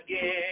again